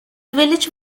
village